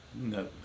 No